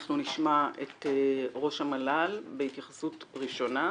אנחנו נשמע את ראש המל"ל בהתייחסות ראשונה.